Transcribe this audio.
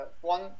one